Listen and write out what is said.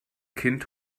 kind